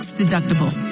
deductible